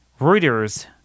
Reuters